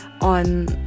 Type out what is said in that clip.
on